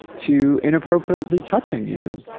to inappropriately touching you,